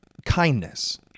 Kindness